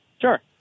Sure